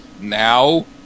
now